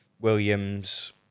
Williams